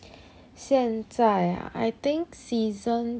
现在 I think season